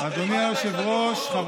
אדוני היושב-ראש,